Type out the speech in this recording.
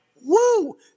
woo